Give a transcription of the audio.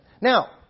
Now